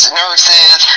nurses